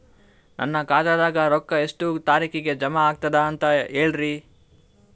ನನ್ನ ಖಾತಾದಾಗ ರೊಕ್ಕ ಎಷ್ಟ ತಾರೀಖಿಗೆ ಜಮಾ ಆಗತದ ದ ಅಂತ ಹೇಳರಿ?